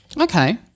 Okay